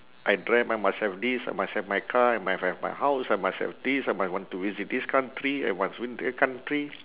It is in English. I dreamt I must have this I must have my car I must have my house I must have this I might want to visit this country I must go to that country